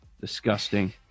Disgusting